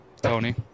Tony